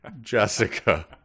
Jessica